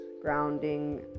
grounding